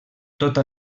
tota